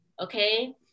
Okay